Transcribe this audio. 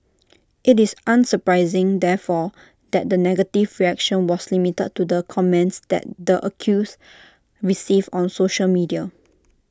IT is unsurprising therefore that the negative reaction was limited to the comments that the accused received on social media